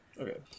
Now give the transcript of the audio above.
Okay